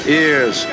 ears